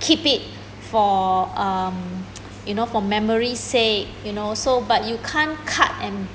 keep it for um you know for memory sake you know so but you can't cut and